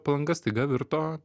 palanga staiga virto